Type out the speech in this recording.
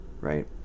Right